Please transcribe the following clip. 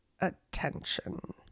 attention